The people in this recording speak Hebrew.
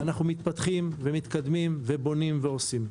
ואנחנו מתפתחים ומתקדמים ובונים ועושים.